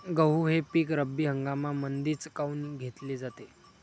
गहू हे पिक रब्बी हंगामामंदीच काऊन घेतले जाते?